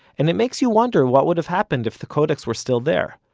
and it makes you wonder what would have happened if the codex were still there.